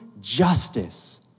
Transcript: justice